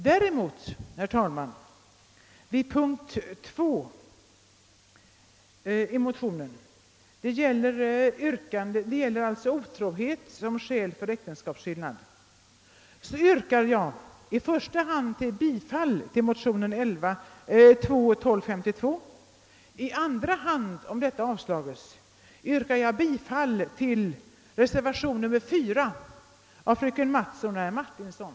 Däremot yrkar jag vid punkt 2 i motionen — det gäller otroheten som skäl för äktenskapsskillnad — i första hand bifall till motionen II: 1252 och i andra hand — om detta yrkande avslås — yrkar jag bifall till reservationen 4 av fröken Mattson och herr Martinsson.